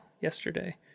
yesterday